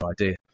idea